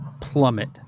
plummet